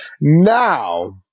now